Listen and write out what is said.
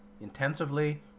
intensively